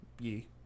ye